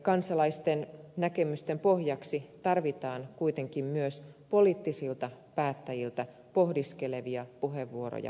kansalaisten näkemysten pohjaksi tarvitaan kuitenkin myös poliittisilta päättäjiltä pohdiskelevia puheenvuoroja natosta